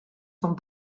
sont